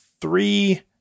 three